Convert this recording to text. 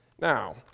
Now